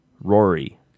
Rory